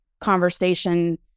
conversation